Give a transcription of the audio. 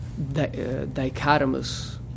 dichotomous